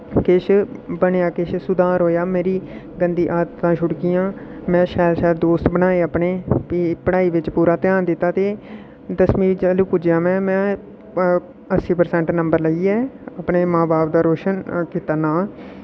किश बनेआ किश सुधार होएआ मेरी गंदी आदतां छुड़कियां में शैल शैल दोस्त बनाए अपने भी पढ़ाई बिच पूरा ध्यान दित्ता ते दसमीं च हाली पुज्जेआ में में अस्सी परसैंट नम्बर लेइयै अपने माऊ बब्बै दा रोशन कीता नांऽ